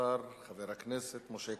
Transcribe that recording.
חבר הכנסת משה כחלון,